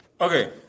Okay